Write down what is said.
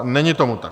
Není tomu tak.